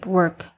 work